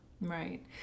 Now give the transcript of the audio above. Right